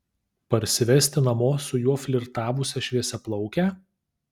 parsivesti namo su juo flirtavusią šviesiaplaukę